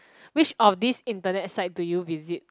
which of this internet site do you visit